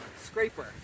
scraper